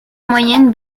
moyenne